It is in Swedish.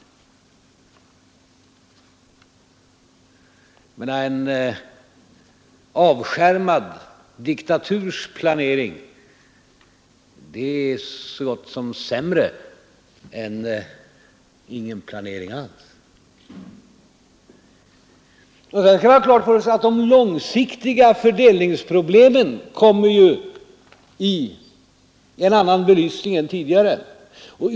Jag menar att en avskärmad diktatursplanering är egentligen sämre än ingen planering alls. Vidare skall vi ha klart för oss att de långsiktiga fördelningsproblemen kommer i en annan belysning än tidigare.